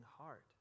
heart